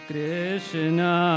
Krishna